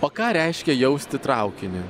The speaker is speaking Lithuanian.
o ką reiškia jausto traukinį